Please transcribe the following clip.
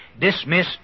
dismiss